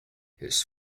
his